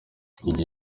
king